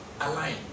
align